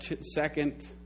second